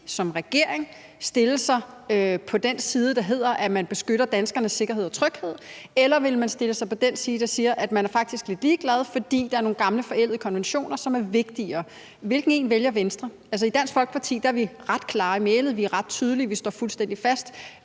som regering, stille sig på den side, der hedder, at man beskytter danskernes sikkerhed og tryghed, eller vil man stille sig på den side, der siger, at man faktisk er lidt ligeglad, fordi der er nogle gamle forældede konventioner, som er vigtigere? Hvilken en vælger Venstre? I Dansk Folkeparti er vi ret klare i mælet. Vi er ret tydelige. Vi står fuldstændig fast.